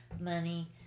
money